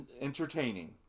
Entertaining